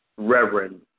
Reverend